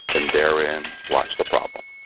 and therein, lies the problem.